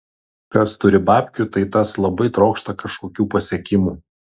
kas turi babkių tai tas labai trokšta kažkokių pasiekimų